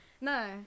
No